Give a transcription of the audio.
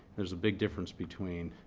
there's a big difference between